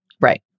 right